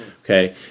Okay